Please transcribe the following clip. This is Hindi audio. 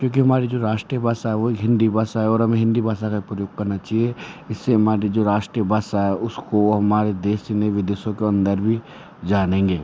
क्यूँकि हमारी जो राष्ट्रीय भाषा है वो हिंदी भाषा है और हमें हिंदी भाषा का प्रयोग करना चहिए इससे हमारी जो राष्ट्रीय भाषा है उसको हमारे देश में विदेशों के अंदर भी जानेंगे